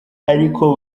ariko